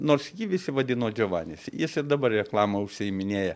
nors jį visi vadino džiovanis jis ir dabar reklama užsiiminėja